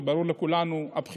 זה ברור לכולנו, הבחירות.